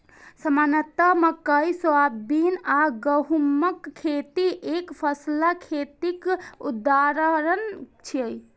सामान्यतः मकइ, सोयाबीन आ गहूमक खेती एकफसला खेतीक उदाहरण छियै